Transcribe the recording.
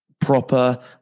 proper